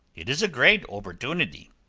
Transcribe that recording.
id is a great obbordunidy.